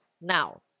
now